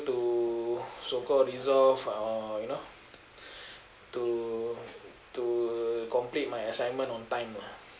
to so called resolve or you know to to complete my assignment on time lah